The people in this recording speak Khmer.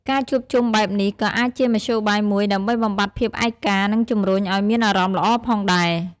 ការជួបជុំបែបនេះ ក៏អាចជាមធ្យោបាយមួយដើម្បីបំបាត់ភាពឯកា និងជំរុញឱ្យមានអារម្មណ៍ល្អផងដែរ។